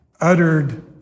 uttered